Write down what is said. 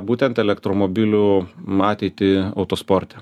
būtent elektromobilių mateitį autosporte